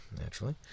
Naturally